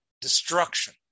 destruction